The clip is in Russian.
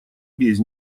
без